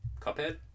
Cuphead